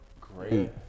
great